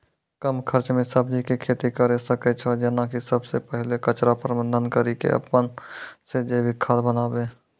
कम खर्च मे सब्जी के खेती करै सकै छौ जेना कि सबसे पहिले कचरा प्रबंधन कड़ी के अपन से जैविक खाद बनाबे?